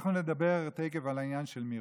אנחנו נדבר תכף על העניין של מירון.